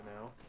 now